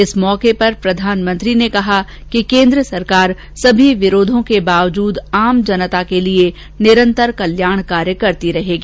इस मौके पर प्रधानमंत्री ने कहा कि केन्द्र सरकार सभी विरोधों के बावजूद आम जनता के लिए पर निरंतर कल्याणकारी कार्य करती रहेगी